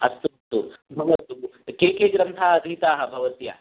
अस्तु अस्तु भवतु के के ग्रन्थाः अधीताः भवत्या